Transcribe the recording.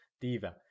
Diva